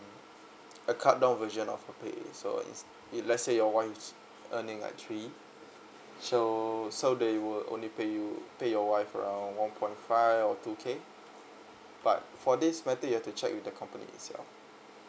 a cut down version of her pay so ins~ if let's say your wife is earning like three so so they will only pay you pay your wife around one point five or two K but for this matter you have to check with the company itself